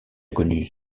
connu